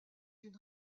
une